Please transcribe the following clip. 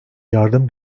yardım